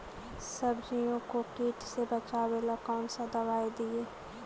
सब्जियों को किट से बचाबेला कौन सा दबाई दीए?